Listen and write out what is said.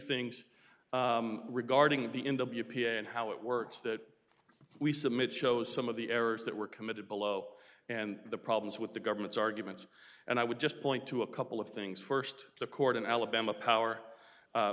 things regarding the in w p a and how it works that we submit shows some of the errors that were committed below and the problems with the government's arguments and i would just point to a couple of things first the court in alabama power